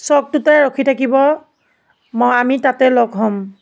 চকটোতে ৰখি থাকিব মই আমি তাতে লগ হ'ম